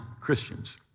Christians